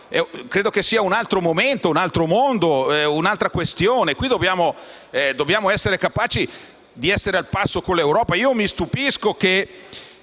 credo che sia un altro momento, un altro mondo e un'altra questione. Qui dobbiamo essere capaci di stare al passo con l'Europa. Mi stupisco di